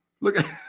Look